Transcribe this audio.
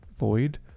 lloyd